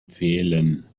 fehlen